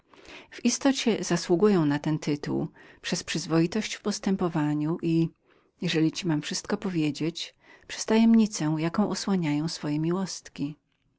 w istocie zasługują na ten tytuł przez przyzwoitość w postępowaniu i jeżeli ci mam wszystko powiedzieć przez tajemnicę jaką osłaniają swoje